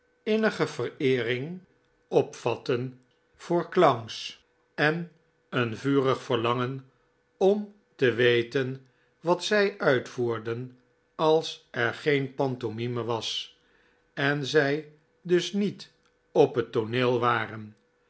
innige vereering opvatten voor clowns en een vurig verlangen om te weten wat zij uitvoerden als er geen pantomime was en zij dus niet op het tooneel waren